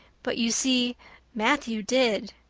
but you see matthew did.